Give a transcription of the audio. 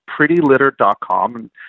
prettylitter.com